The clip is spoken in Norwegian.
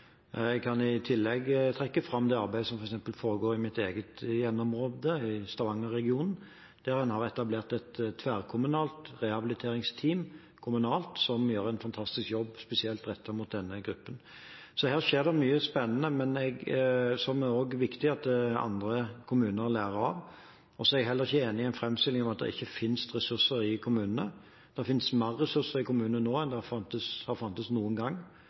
Jeg kan i tillegg f.eks. trekke fram det arbeidet som foregår i mitt eget hjemområde, i Stavanger-regionen, der en har etablert et tverrkommunalt rehabiliteringsteam kommunalt, som gjør en fantastisk jobb spesielt rettet mot denne gruppen. Her skjer det mye spennende, og som det er viktig at også andre kommuner lærer av. Så er jeg heller ikke enig i framstillingen om at det ikke fins ressurser i kommunene – det fins mer ressurser i kommunene nå enn det har funnes noen gang.